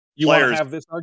Players